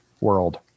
world